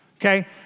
Okay